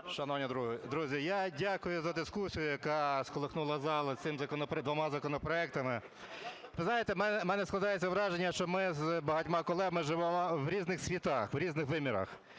Шановні друзі, я дякую за дискусію, яка сколихнула залу цими двома законопроектами. Ви знаєте, у мене складається враження, що ми з багатьма колегами живемо в різних світах, в різних вимірах.